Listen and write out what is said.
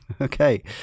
Okay